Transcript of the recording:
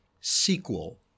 sequel